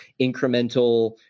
incremental